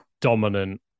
dominant